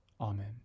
Amen